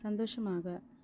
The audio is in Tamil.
சந்தோஷமாக